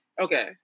Okay